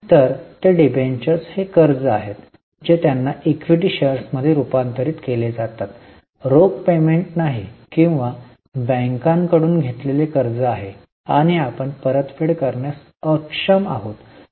तर ते डिबेंचर्स हे कर्ज आहेत जे त्यांना इक्विटी शेअर्समध्ये रूपांतरित केले जातात रोख पेमेंट नाही किंवा बँकांकडून घेतलेले कर्ज आहे आणि आपण परतफेड करण्यास अक्षम आहोत